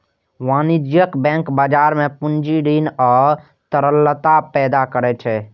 वाणिज्यिक बैंक बाजार मे पूंजी, ऋण आ तरलता पैदा करै छै